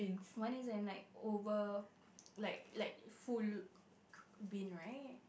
one is an like oval like like full bin right